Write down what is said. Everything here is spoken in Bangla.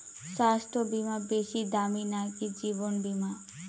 স্বাস্থ্য বীমা বেশী দামী নাকি জীবন বীমা?